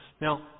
Now